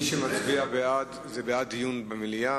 מי שמצביע בעד, זה בעד דיון במליאה.